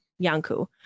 Yanku